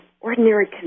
ordinary